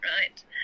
right